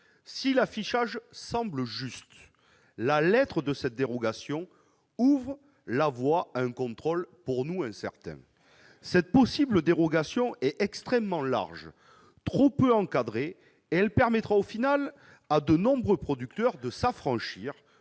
Si l'affichage semble juste, la lettre de cette dérogation ouvre la voie à un contrôle selon nous incertain. Cette possible dérogation est extrêmement large, trop peu encadrée. Elle permettra au final à de nombreux producteurs de s'affranchir